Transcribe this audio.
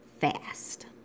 fast